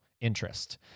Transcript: interest